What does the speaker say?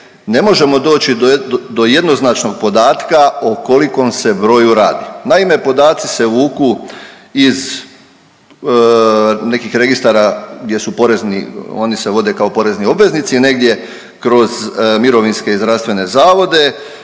ne možemo doći do jednoznačnog podatka o kolikom se broju radi. Naime, podaci se vuku iz nekih registara gdje su porezni, oni se vode kao porezni obveznici, negdje kroz mirovinske i zdravstvene zavode,